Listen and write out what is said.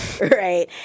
right